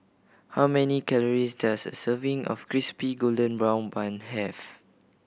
how many calories does a serving of Crispy Golden Brown Bun have